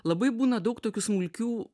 labai būna daug tokių smulkių